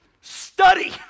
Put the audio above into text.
Study